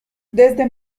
desde